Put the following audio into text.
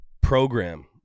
program